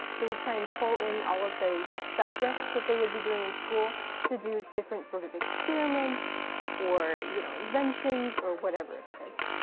so we try and pull in all of those subjects that they would be doing in school to do different sort of experiments or, you know, inventions, or whatever it is.